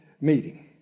meeting